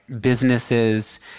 businesses